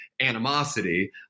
animosity